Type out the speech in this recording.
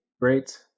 great